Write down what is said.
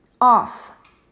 off